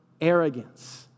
arrogance